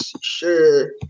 Sure